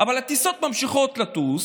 אבל הטיסות ממשיכות לטוס,